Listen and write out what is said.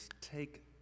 take